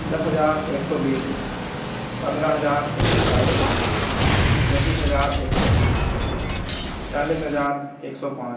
दस हज़ार एक सौ बीस पन्द्रह हज़ार एक सौ चालीस तैंतीस हज़ार एक सौ तीस चालीस हज़ार एक सौ पाँच